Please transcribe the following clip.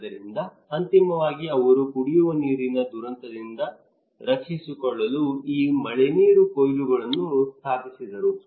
ಆದ್ದರಿಂದ ಅಂತಿಮವಾಗಿ ಅವರು ಕುಡಿಯುವ ನೀರಿನ ದುರಂತದಿಂದ ರಕ್ಷಿಸಿಕೊಳ್ಳಲು ಈ ಮಳೆನೀರು ಕೊಯ್ಲುಗಳನ್ನು ಸ್ಥಾಪಿಸಿದರು